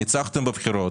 ניצחתם בבחירות,